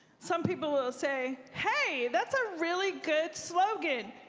some people will say, hey, that's a really good slogan.